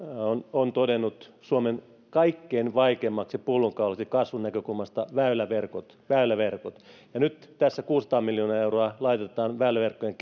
on todennut suomen kaikkein vaikeimmaksi pullonkaulaksi kasvun näkökulmasta väyläverkot väyläverkot ja nyt tässä kuusisataa miljoonaa euroa laitetaan väyläverkkojen